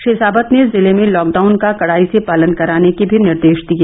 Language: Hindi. श्री साबत ने जिले में लॉकडाउन का कड़ाई से पालन कराने के भी निर्देश दिए